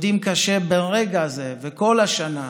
שעובדים קשה ברגע זה, וכל השנה,